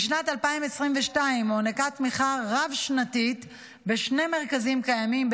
בשנת 2022 הוענקה תמיכה רב-שנתית בשני מרכזים קיימים,